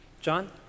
John